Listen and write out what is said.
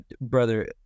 brother